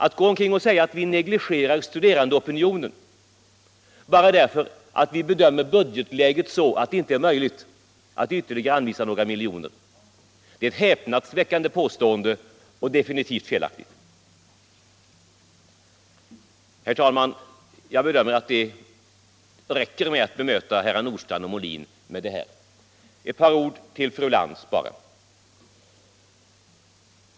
Att gå omkring och säga att vi negligerar studerandeopinionen bara därför att vi bedömer budgetläget så, att det inte är möjligt att anvisa ytterligare några miljoner, är ett häpnadsväckande och definitivt felaktigt påstående. Herr talman! Jag bedömer att det räcker att bemöta herrar Nordstrandh och Molin med det sagda. Ett par ord till fru Lantz bara!